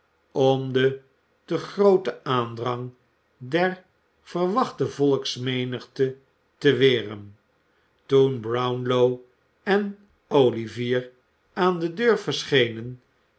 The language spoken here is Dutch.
om den te grooten aandrang der verwachte volksmenigte te weren toen brownlow en olivier aan de deur verschenen